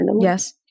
Yes